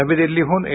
नवी दिल्लीहून ए